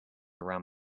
around